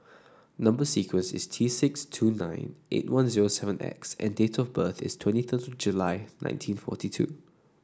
number sequence is T six two nine eight one zero seven X and date of birth is twenty third of July nineteen forty two